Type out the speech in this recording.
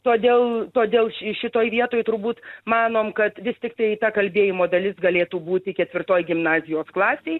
todėl todėl šitoj vietoj turbūt manom kad vis tiktai ta kalbėjimo dalis galėtų būti ketvirtoj gimnazijos klasėj